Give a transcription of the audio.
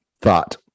thought